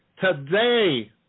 today